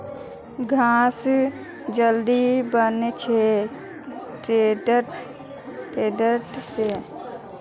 घास जल्दी बन छे टेडर से